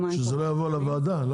לא יבוא לוועדה?